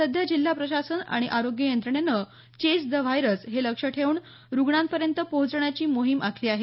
सध्या जिल्हा प्रशासन आणि आरोग्य यंत्रणेनं चेस द व्हायरस हे लक्ष्य ठेऊन रुग्णांपर्यंत पोहोचण्याची मोहीम आखली आहे